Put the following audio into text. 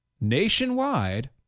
nationwide